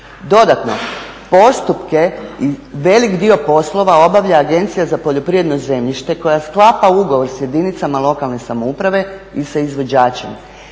dodatno postupke i velik dio poslova obavlja Agencija za poljoprivredno zemljište koja sklapa ugovor s jedinice lokalne samouprave i sa izvođačima.